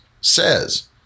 says